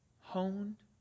Honed